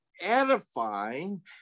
edifying